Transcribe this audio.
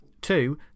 Two